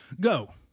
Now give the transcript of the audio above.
Go